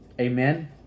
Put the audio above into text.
Amen